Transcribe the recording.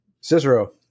Cicero